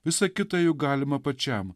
visa kita juk galima pačiam